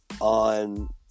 on